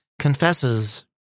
confesses